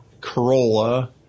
Corolla